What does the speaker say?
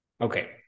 Okay